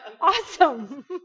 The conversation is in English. Awesome